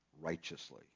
righteously